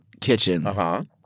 Kitchen